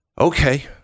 Okay